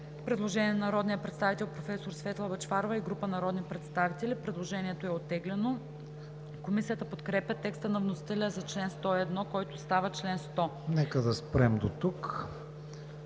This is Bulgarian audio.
предложение на народния представител професор Светла Бъчварова и група народни представители. Предложението е оттеглено. Комисията подкрепя текста на вносителя за чл. 101, който става чл. 100. ПРЕДСЕДАТЕЛ